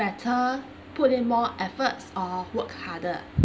better put in more efforts or work harder